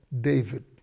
David